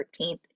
13th